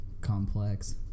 complex